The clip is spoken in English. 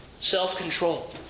Self-control